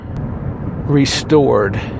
restored